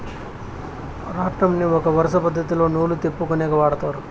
రాట్నంని ఒక వరుస పద్ధతిలో నూలు తిప్పుకొనేకి వాడతారు